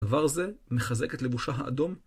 דבר זה מחזק את לבושה האדום.